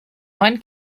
neun